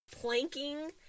Planking